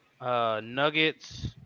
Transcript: Nuggets